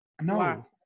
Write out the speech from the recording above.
no